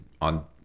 on